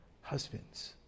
husbands